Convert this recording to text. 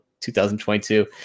2022